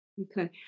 okay